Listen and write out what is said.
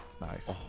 Nice